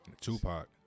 Tupac